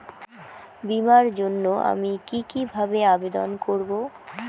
বিমার জন্য আমি কি কিভাবে আবেদন করব?